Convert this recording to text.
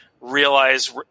realize